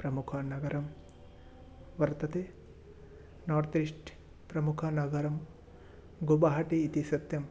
प्रमुखनगरं वर्तते नार्त्रिष्ट् प्रमुखनगरं गुबहाटि इति सत्यम्